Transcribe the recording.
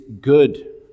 good